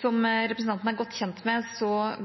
Som representanten er godt kjent med,